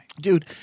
Dude